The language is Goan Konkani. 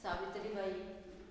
सावित्रीबाई